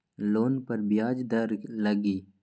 Loan पर ब्याज दर लगी?